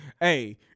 hey